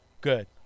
Good